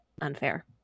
unfair